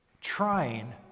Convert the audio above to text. trying